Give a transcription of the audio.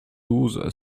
douze